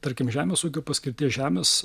tarkim žemės ūkio paskirties žemės